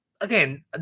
again